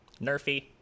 nerfy